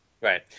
Right